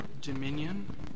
dominion